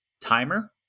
timer